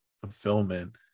fulfillment